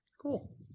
Cool